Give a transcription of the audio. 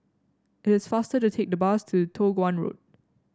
it is faster to take the bus to Toh Guan Road